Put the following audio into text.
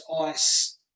ice